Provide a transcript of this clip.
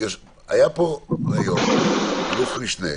היה פה היום אלוף משנה,